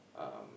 um